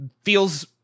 feels